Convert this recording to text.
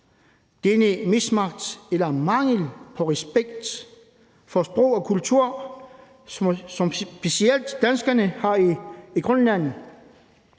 er et mismatch eller mangel på respekt for sprog og kultur, som specielt danskerne har i Grønland.